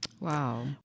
Wow